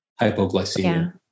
hypoglycemia